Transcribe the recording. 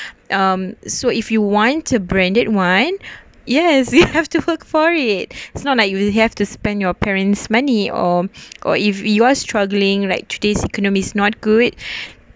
um so if you want to branded one yes you have to look for it it's not like you'll have to spend your parents' money or or if you're struggling like today's economy is not good